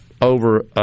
over